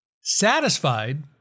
satisfied